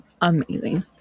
amazing